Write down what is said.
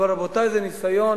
אבל, רבותי, זה ניסיון,